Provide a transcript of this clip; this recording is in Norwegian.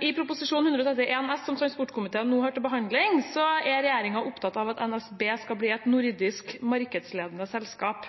I Prop. 131 S for 2016–2017, som transportkomiteen nå har til behandling, er regjeringen opptatt av at NSB skal bli et nordisk markedsledende selskap